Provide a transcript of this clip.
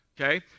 Okay